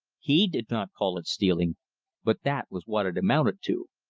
he did not call it stealing but that was what it amounted to.